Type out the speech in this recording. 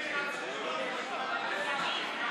אני מציע לפטר את חברי